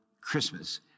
Christmas